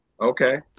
okay